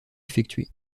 effectué